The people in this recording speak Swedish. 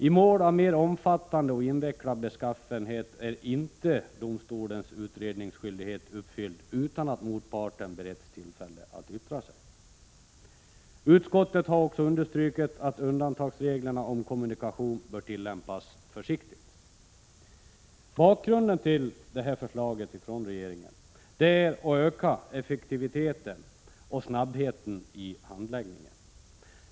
I mål av mer omfattande och invecklad beskaffenhet är inte domstolens utredningsskyldighet uppfylld utan att motparten beretts Prot. 1986/87:122 tillfälle att yttra sig. Utskottet har också understrukit att undantagsreglerna 13 maj 1987 om kommunikation bör tillämpas försiktigt. Bakgrunden till förslaget från regeringen är att öka effektiviteten och snabbheten i handläggningen.